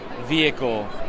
vehicle